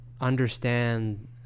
understand